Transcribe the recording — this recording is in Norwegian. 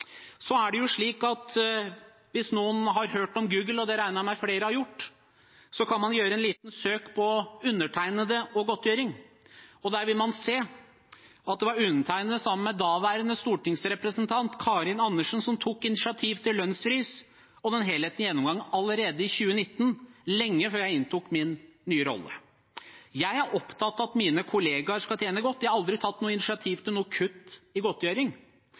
Hvis noen har hørt om Google, og det regner jeg med flere har gjort, kan man gjøre et lite søk på undertegnede og «godtgjøring». Da vil man se at det var undertegnede, sammen med daværende stortingsrepresentant Karin Andersen, som tok initiativ til lønnsfrys og den helhetlige gjennomgangen allerede i 2019, lenge før jeg inntok min nye rolle. Jeg er opptatt av at mine kollegaer skal tjene godt – jeg har aldri tatt noe initiativ til kutt i godtgjøring